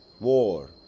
war